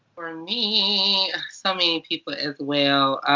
for me. so many people as well.